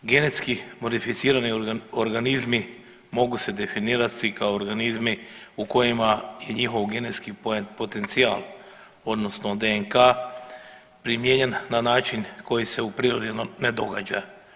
Genetski modificirani organizmi mogu se definirati kao organizmi u kojima je njihov genetski potencijal odnosno DNK primijenjen na način koji se u prirodi ne događa.